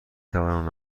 توانم